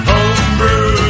Homebrew